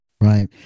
Right